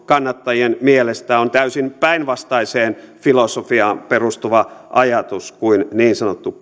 kannattajien mielestä on täysin päinvastaiseen filosofiaan perustuva ajatus kuin niin sanottu